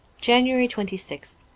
january twenty sixth